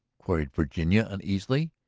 queried virginia uneasily.